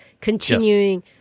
continuing